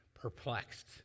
Perplexed